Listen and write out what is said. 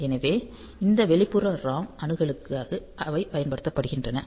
எனவே இந்த வெளிப்புற ROM அணுகலுக்கு அவை பயன்படுத்தப்படுகின்றன